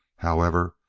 however,